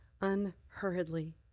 unhurriedly